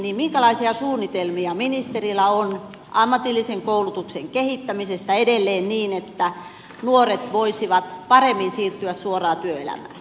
minkälaisia suunnitelmia ministerillä on ammatillisen koulutuksen kehittämisestä edelleen niin että nuoret voisivat paremmin siirtyä suoraan työelämään